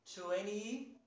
twenty